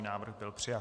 Návrh byl přijat.